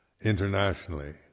internationally